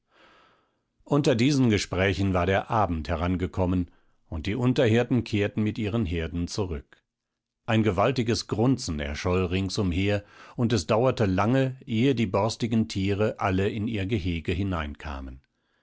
unter diesen gesprächen war der abend herangekommen und die unterhirten kehrten mit ihren herden zurück ein gewaltiges grunzen erscholl rings umher und es dauerte lange ehe die borstigen tiere alle in ihr gehege